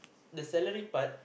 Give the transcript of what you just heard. the salary part